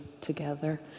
together